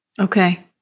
Okay